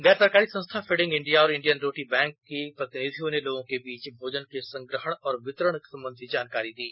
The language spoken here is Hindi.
गैर सरकारी संस्था फीडिंग इंडिया और इंडियन रोटी बैंक के प्रतिनिधियों ने लोगों के बीच भोजन के संग्रहण और वितरण संबंधी जानकारी दी